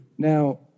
Now